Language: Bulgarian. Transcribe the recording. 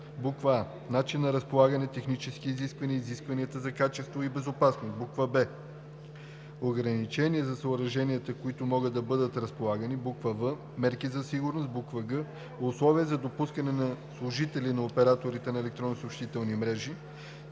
а. начина на разполагане, техническите изисквания, изискванията за качество и безопасност; б. ограничения за съоръженията, които могат да бъдат разполагани; в. мерки за сигурност; г. условия за допускане на служители на операторите на електронни съобщителни мрежи;